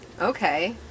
Okay